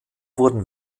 wurden